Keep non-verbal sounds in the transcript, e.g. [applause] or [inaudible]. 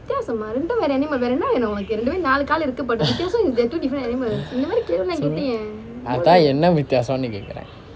[laughs] so அதான் என்ன வித்தியாசம்னு கேட்கிறேன்:athaan enna vithiyaasamnu kaetkiren